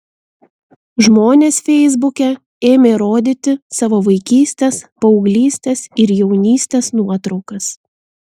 žmonės feisbuke ėmė rodyti savo vaikystės paauglystės ir jaunystės nuotraukas